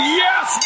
yes